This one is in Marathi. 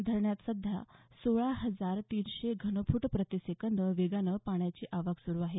धरणात सध्या सोळा हजार तीनशे घनफूट प्रतिसेकंद वेगानं पाण्याची आवक सुरू आहे